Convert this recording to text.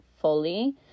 fully